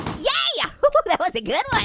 yay, yeah but but that was a good like